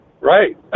Right